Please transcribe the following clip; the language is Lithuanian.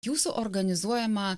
jūsų organizuojama